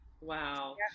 Wow